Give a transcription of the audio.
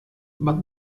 but